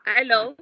Hello